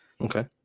Okay